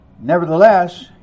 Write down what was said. Nevertheless